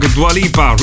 Dualipa